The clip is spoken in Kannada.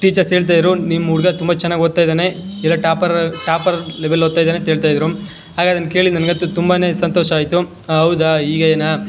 ಟೀಚರ್ಸ್ ಹೇಳ್ತಾಯಿದ್ರು ನಿಮ್ಮ ಹುಡ್ಗ ತುಂಬ ಚೆನ್ನಾಗಿ ಓದ್ತಾ ಇದ್ದಾನೆ ಇರೋ ಟಾಪರ್ ಟಾಪರ್ ಲೆವೆಲ್ ಓದ್ತಾ ಇದ್ದಾನೆ ಅಂತ ಹೇಳ್ತಾಯಿದ್ರು ಆಗ ಅದನ್ನು ಕೇಳಿ ನನಗಂತು ತುಂಬಾ ಸಂತೋಷ ಆಯಿತು ಹೌದಾ ಹೀಗೇನ